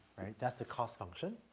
that's the cost function.